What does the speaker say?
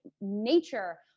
nature